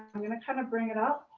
i'm gonna kinda bring it up